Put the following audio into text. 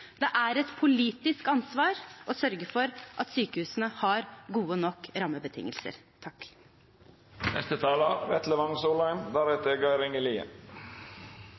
Det er et politisk ansvar å sørge for at sykehusene har gode nok rammebetingelser.